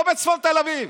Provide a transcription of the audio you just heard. לא בצפון תל אביב.